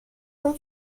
اون